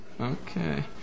okay